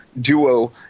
duo